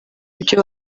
ibyo